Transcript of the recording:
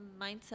mindset